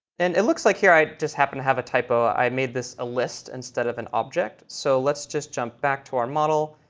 and it looks like here i just happen to have a typo. i made this a list instead of an object. so let's just jump back to our model,